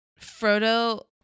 Frodo